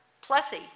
Plessy